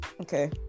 Okay